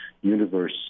universe